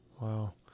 wow